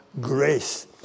grace